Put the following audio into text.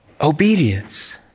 Obedience